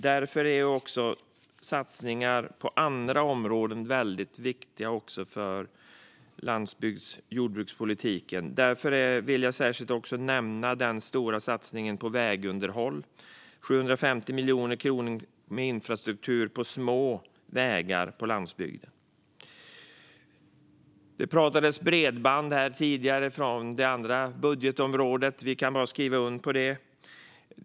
Därför är satsningar även på andra områden väldigt viktiga för landsbygds och jordbrukspolitiken. Jag vill särskilt nämna den stora satsningen på vägunderhåll - 750 miljoner kronor till infrastruktur i form av små vägar på landsbygden. Det pratades tidigare om bredband när det gällde det andra budgetområdet; vi kan bara skriva under på det som sas.